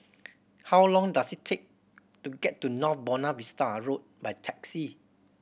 how long does it take to get to North Buona Vista Road by taxi